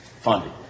funding